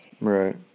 Right